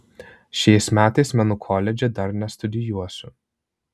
šiais metais menų koledže dar nestudijuosiu